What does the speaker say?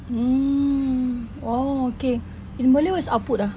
mm orh okay by the way what is output ah